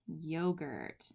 yogurt